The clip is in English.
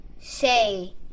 Say